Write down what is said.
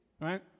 right